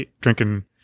drinking